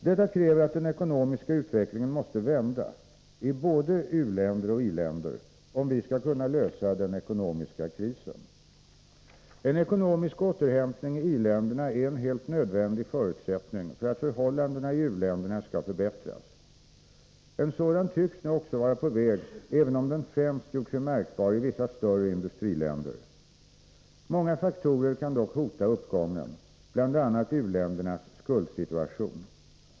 Detta kräver att den ekonomiska utvecklingen måste vända i både uoch i-länder om vi skall kunna lösa den ekonomiska krisen. En ekonomisk återhämtning i i-länderna är en helt nödvändig förutsättning för att förhållandena i u-länderna skall förbättras. En sådan tycks nu också vara på väg, även om den främst gjort sig märkbar i vissa större industriländer. Många faktorer kan dock hota uppgången, bl.a. u-ländernas skuldsituation.